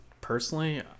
personally